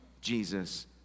jesus